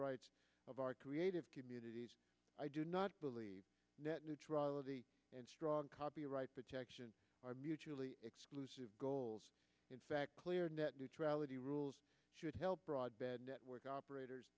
rights of our creative community i do not believe net neutrality and strong copyright protection are mutually exclusive goals in fact clear net neutrality rules should help broadband network operators